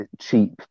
cheap